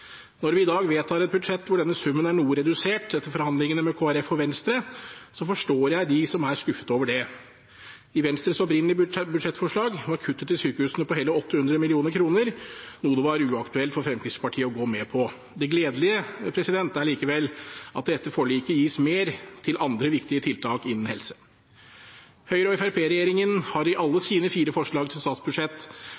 Når vi i dag vedtar et budsjett hvor denne summen er noe redusert etter forhandlingene med Kristelig Folkeparti og Venstre, forstår jeg de som er skuffet over det. I Venstres opprinnelige budsjettforslag var kuttet til sykehusene på hele 800 mill. kr, noe det var uaktuelt for Fremskrittspartiet å gå med på. Det gledelige er likevel at det etter forliket gis mer til andre viktige tiltak innen helse. Høyre–Fremskrittsparti-regjeringen har i alle